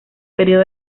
periodo